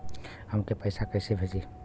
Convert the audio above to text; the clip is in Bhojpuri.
हमके पैसा कइसे भेजी?